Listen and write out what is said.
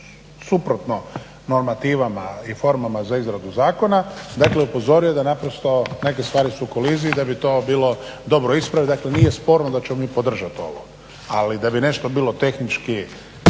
suprotno normativama i formama za izradu zakona dakle upozorio da su neke stvari u koliziji i da bi to bilo dobro ispraviti. Dakle, nije sporno da ćemo mi podržati ovo. Ali da bi nešto bilo tehnički